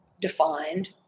defined